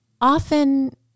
often